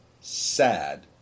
sad